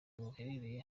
ruherereye